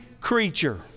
creature